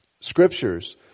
scriptures